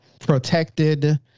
protected